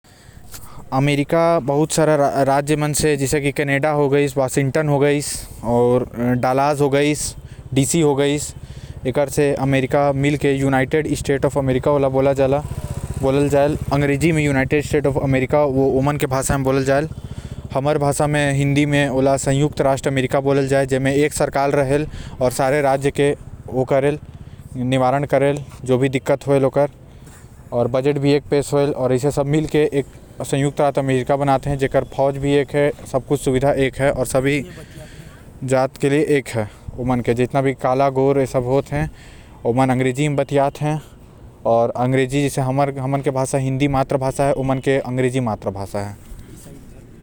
अमेरिका बहुत सारे राज्य से मिल के जैसे की कैनेडा हो गाइस वॉशिंगटन डीसी हो गईस आऊ अलग अलग राज्य हो गइस। एमा से मिल के ओ अमेरिका यूनाइटेड स्टेट्स बेनिस हे आऊ साथ ही म विकास भी बहुत अव्वल हे ओकर।